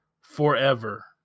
forever